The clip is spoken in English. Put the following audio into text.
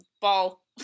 ball